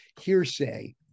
hearsay